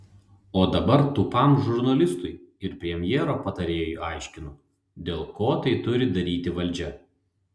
o dabar tūpam žurnalistui ir premjero patarėjui aiškinu dėl ko tai turi daryti valdžia